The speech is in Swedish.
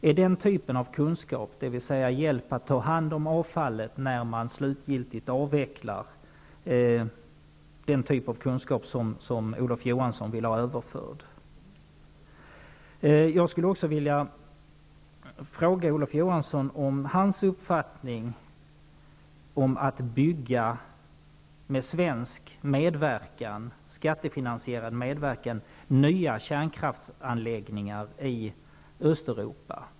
Är det den typen av kunskap, dvs. hjälp att ta hand om avfallet vid en slutgiltig avveckling, som Olof Johansson vill ha överförd? Vidare vill jag fråga Olof Johansson om hans uppfattning när det gäller att med svensk skattefinansierad medverkan bygga nya kärnkraftsanläggningar i Östeuropa.